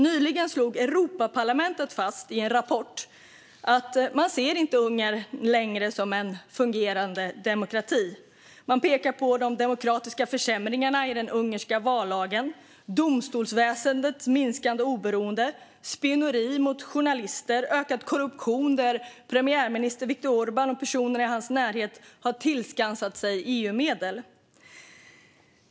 Nyligen slog Europaparlamentet fast i en rapport att man inte längre ser Ungern som en fungerande demokrati. Man pekar på de demokratiska försämringarna i den ungerska vallagen, domstolsväsendets minskade oberoende och spioneri mot journalister. Det handlar om ökad korruption där premiärminister Viktor Orbán och personer i hans närhet har tillskansat sig EU-medel.